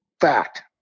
fact